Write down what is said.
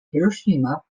hiroshima